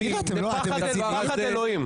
פחד אלוהים.